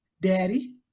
Daddy